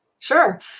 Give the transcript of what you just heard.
Sure